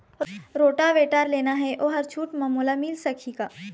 Rotavator लेना हे ओहर छूट म मोला मिल सकही का?